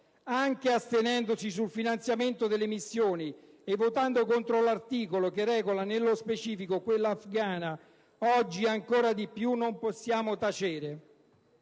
anche astenendoci sul finanziamento delle missioni e votando contro l'articolo che regola nello specifico la missione afgana, oggi ancor di più non possiamo tacere.